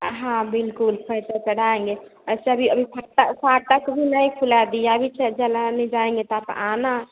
हाँ बिल्कुल खोइचा चढ़ाएँगे वैसे भी अभी फट्टा फाटक भी नहीं खुला दिया भी च जलाने जाएँगे तो आप आना